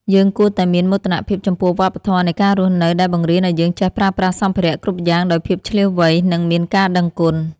យើងគួរតែមានមោទនភាពចំពោះវប្បធម៌នៃការរស់នៅដែលបង្រៀនឱ្យយើងចេះប្រើប្រាស់សម្ភារៈគ្រប់យ៉ាងដោយភាពឈ្លាសវៃនិងមានការដឹងគុណ។